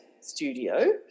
studio